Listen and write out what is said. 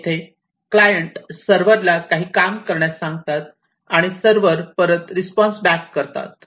येथे क्लायंट सर्व्हरला काही काम करण्यास सांगतात आणि सर्व्हर परत रिस्पॉन्स बॅक करतात